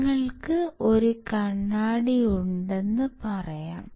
നിങ്ങൾക്ക് ഒരു കണ്ണാടി ഉണ്ടെന്ന് പറയാം